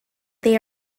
they